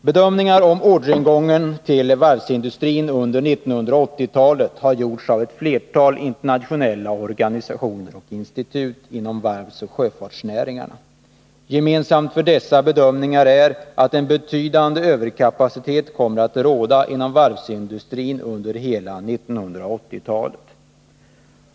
Bedömningar om orderingången till varvsindustrin under 1980-talet har gjorts av flera internationella organisationer och institut inom varvsoch sjöfartsnäringarna. Gemensamt för dessa bedömningar är att en betydande överkapacitet kommer att råda inom varvsindustrin under hela 1980-talet.